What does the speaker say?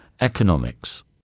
economics